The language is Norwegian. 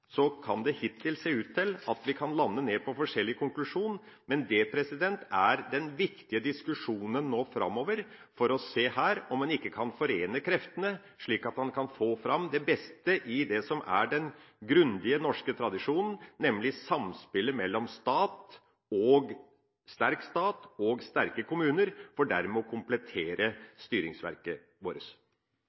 kan det hittil se ut til at vi kan lande ned på forskjellig konklusjon. Men det er den viktige diskusjonen nå framover for å se om man ikke her kan forene kreftene, slik at man kan få fram det beste i det som er den grundige norske tradisjonen, nemlig samspillet mellom en sterk stat og sterke kommuner, for dermed å komplettere styringsverket vårt.